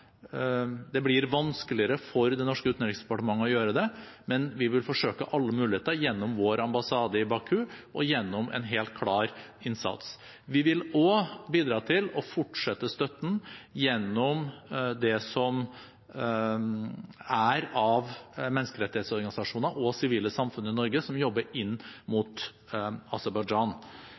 Det blir vanskeligere for det norske utenriksdepartementet å gjøre det, men vi vil forsøke alle muligheter gjennom vår ambassade i Baku og gjennom en helt klar innsats. Vi vil også bidra til å fortsette støtten gjennom det som er av menneskerettighetsorganisasjoner og sivile samfunn i Norge som jobber inn